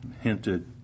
hinted